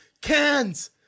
Cans